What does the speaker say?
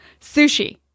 Sushi